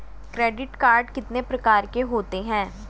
Credit card कितने प्रकार के होते हैं?